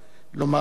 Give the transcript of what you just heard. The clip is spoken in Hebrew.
ואחריו,